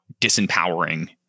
disempowering